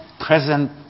present